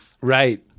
right